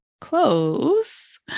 close